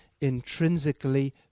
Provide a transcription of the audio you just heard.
intrinsically